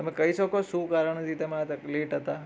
તમે કહી શકો શું કારણથી તમે આ લેટ હતા